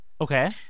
Okay